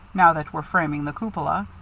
now that we're framing the cupola.